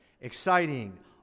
exciting